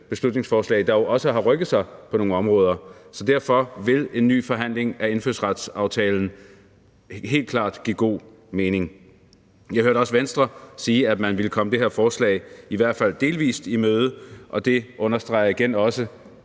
beslutningsforslag jo også har rykket sig på nogle områder. Derfor vil en ny forhandling af indfødsretsaftalen helt klart give god mening. Jeg hørte også Venstre sige, at man ville komme det her forslag i hvert fald delvis i møde, og det understreger igen også,